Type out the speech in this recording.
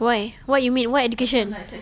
why what you mean what education